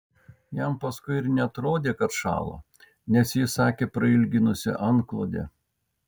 jam paskui ir neatrodė kad šąla nes ji sakė prailginusi antklodę